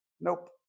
Nope